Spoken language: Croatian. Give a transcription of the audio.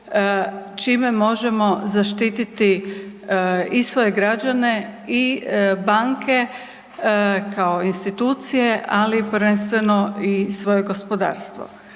čime možemo zaštititi i svoje građane i banke kao institucije, ali prvenstveno i svoje gospodarstvo.